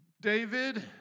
David